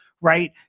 right